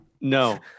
No